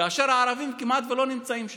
כאשר הערבים כמעט שלא נמצאים שם,